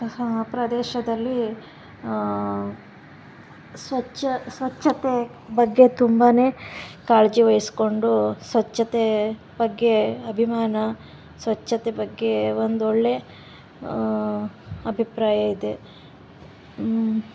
ಪ್ರದೇಶದಲ್ಲಿ ಸ್ವಚ್ಛ ಸ್ವಚ್ಛತೆ ಬಗ್ಗೆ ತುಂಬಾ ಕಾಳಜಿ ವಹಿಸ್ಕೊಂಡು ಸ್ವಚ್ಛತೆ ಬಗ್ಗೆ ಅಭಿಮಾನ ಸ್ವಚ್ಛತೆ ಬಗ್ಗೆ ಒಂದು ಒಳ್ಳೆಯ ಅಭಿಪ್ರಾಯ ಇದೆ